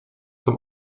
zum